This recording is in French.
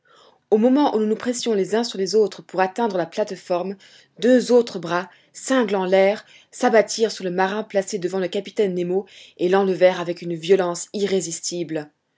au moment où nous nous pressions les uns sur les autres pour atteindre la plate-forme deux autres bras cinglant l'air s'abattirent sur le marin placé devant le capitaine nemo et l'enlevèrent avec une violence irrésistible